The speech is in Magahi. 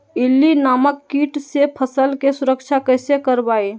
इल्ली नामक किट से फसल के सुरक्षा कैसे करवाईं?